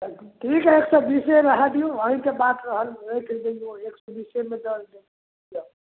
तऽ ठीक हइ एक सओ बीसे रहऽ दिऔ अहीँके बात रहल ओहिके लेल एक सओ बीसेमे दऽ देब